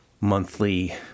monthly